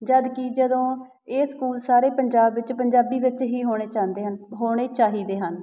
ਜਦਕਿ ਜਦੋਂ ਇਹ ਸਕੂਲ ਸਾਰੇ ਪੰਜਾਬ ਵਿੱਚ ਪੰਜਾਬੀ ਵਿੱਚ ਹੀ ਹੋਣੇ ਚਾਹੰਦੇ ਹਨ ਹੋਣੇ ਚਾਹੀਦੇ ਹਨ